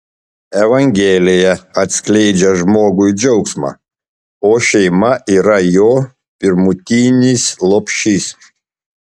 evangelija atskleidžia žmogui džiaugsmą o šeima yra jo pirmutinis lopšys